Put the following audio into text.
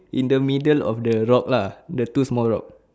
in the middle of the rock lah the two small rock